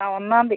ആ ഒന്നാം തീയതി